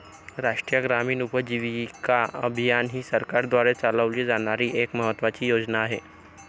राष्ट्रीय ग्रामीण उपजीविका अभियान ही सरकारद्वारे चालवली जाणारी एक महत्त्वाची योजना आहे